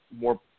more –